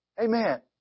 Amen